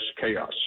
chaos